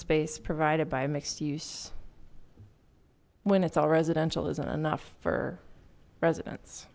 space provided by mixed use when it's all residential isn't enough for residents